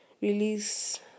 release